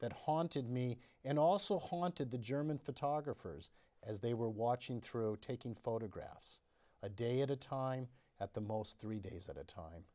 that haunted me and also haunted the german photographers as they were watching through taking photographs a day at a time at the most three days at a time